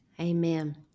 Amen